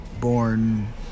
born